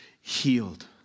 healed